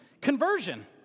Conversion